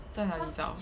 在哪里找